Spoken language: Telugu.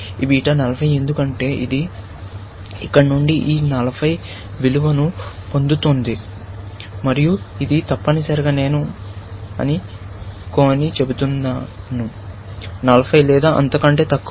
ఈ బీటా 40 ఎందుకంటే ఇది ఇక్కడ నుండి ఈ 40 విలువను పొందుతోంది మరియు ఇది తప్పనిసరిగా నేను అని నొక్కి చెబుతున్నాను 40 లేదా అంతకంటే తక్కువ